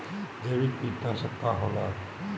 जैविक कीटनाशक का होला?